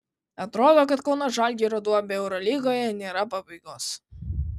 atrodo kad kauno žalgirio duobei eurolygoje nėra pabaigos